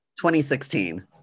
2016